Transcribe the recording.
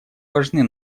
важны